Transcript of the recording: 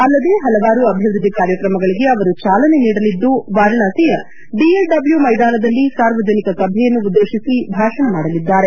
ಅಲ್ಲದೆ ಪಲವಾರು ಅಭಿವೃದ್ಧಿ ಕಾರ್ಯಕ್ರಮಗಳಿಗೆ ಅವರು ಚಾಲನೆ ನೀಡಲಿದ್ದು ವಾರಣಾಸಿಯ ಡಿಎಲ್ಡಬ್ಲ್ಯೂ ಮೈದಾನದಲ್ಲಿ ಸಾರ್ವಜನಿಕ ಸಭೆಯನ್ನು ಉದ್ದೇತಿಸಿ ಭಾಷಣ ಮಾಡಲಿದ್ದಾರೆ